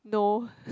no